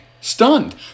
Stunned